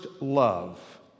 love